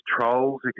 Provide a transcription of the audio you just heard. trolls